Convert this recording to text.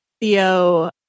Theo